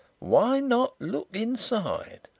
why not look inside